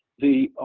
the